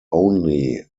only